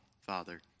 Father